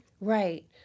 Right